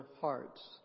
hearts